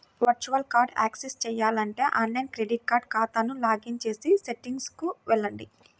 virtual కార్డ్ని access చేయాలంటే online credit card ఖాతాకు లాగిన్ చేసి సెట్టింగ్లకు వెళ్లండి